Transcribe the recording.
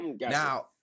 Now